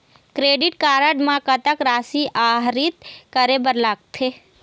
Credit card म कतक राशि आहरित करे बर लगथे?